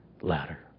ladder